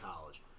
college